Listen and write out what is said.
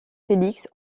félix